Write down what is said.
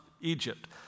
Egypt